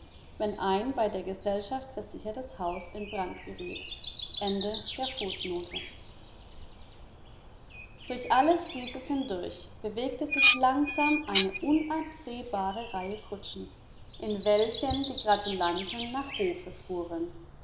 ein bei der gesellschaft versichertes haus in brand geriet durch alles dieses hindurch bewegte sich langsam die unabsehbare reihe kutschen in welchen die gratulanten nach hofe fuhren